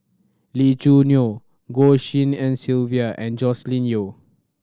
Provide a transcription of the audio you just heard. Lee Choo Neo Goh Tshin En Sylvia and Joscelin Yeo